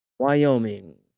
Wyoming